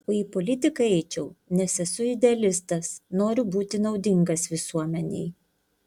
o į politiką eičiau nes esu idealistas noriu būti naudingas visuomenei